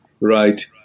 right